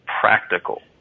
practical